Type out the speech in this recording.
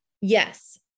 Yes